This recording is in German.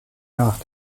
nach